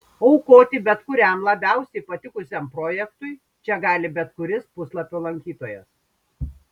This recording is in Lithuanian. aukoti bet kuriam labiausiai patikusiam projektui čia gali bet kuris puslapio lankytojas